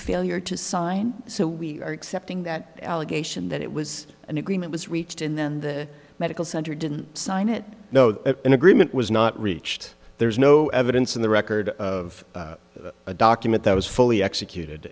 failure to sign so we are accepting that allegation that it was an agreement was reached and then the medical center didn't sign it no an agreement was not reached there's no evidence in the record of a document that was fully executed